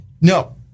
No